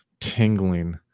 tingling